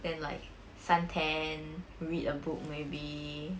then like suntan read a book maybe